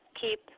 keep